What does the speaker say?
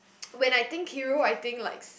when I think hero I think like